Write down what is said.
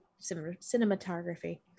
cinematography